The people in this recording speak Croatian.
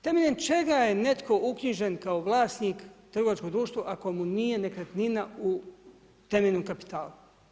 Temeljem čega je netko uknjižen kao vlasnik trgovačkog društva ako mu nije nekretnina u temeljenom kapitalu?